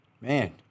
man